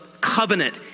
covenant